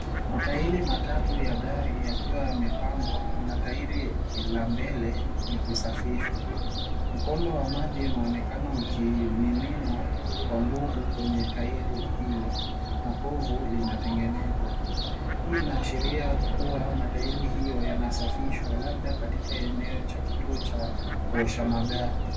Matairi matatu ya gari yakiwa yamepangwa na tairi la mbele likisafishwa. Mkondo wa maji unaonekana ukimiminwa kwa nguvu kwenye tairi hilo na povu linatengenzwa. Hii inashiria kuwa matairi hiyo yanasafishwa labda katika eneo cha kituo cha kuosha magari.